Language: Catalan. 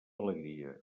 alegria